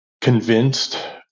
convinced